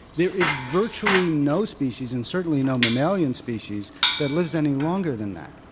there is virtually no species and certainly no mammalian species that lives any longer than that.